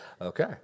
Okay